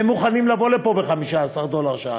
והם מוכנים לבוא לפה ב-15 דולר לשעה.